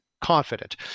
confident